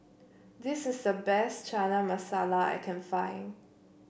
this is the best Chana Masala I can find